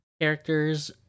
characters